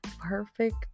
perfect